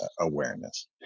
awareness